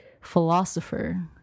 philosopher